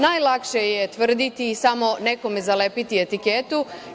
Najlakše je tvrditi i samo nekome zalepiti etiketu.